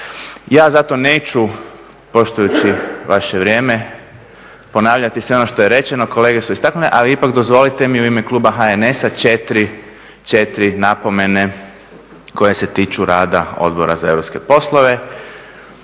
Ja zato neću, poštujući vaše vrijeme, ponavljati sve ono što je rečeno, kolege su istaknule, ali ipak dozvolite mi u ime kluba HNS-a četiri napomene koje se tiču rada Odbora za europske poslove.